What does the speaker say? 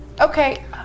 Okay